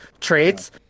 traits